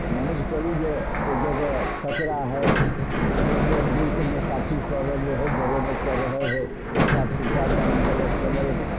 मानिकऽ चलू जे ओहि जगह कचरा हइ बहुत बहुत दूरके मोसाफिरसब रहै डरेबरसब रहै हइ साफ सुथरा कनि होबाके समय